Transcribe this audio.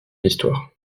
histoire